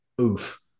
Oof